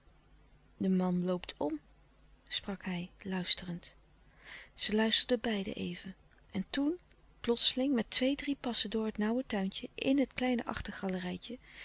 de man loopt om sprak hij luisterend zij luisterden beiden even en toen plotseling met twee drie passen door het nauwe tuintje in het kleine